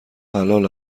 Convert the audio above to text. حلال